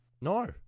No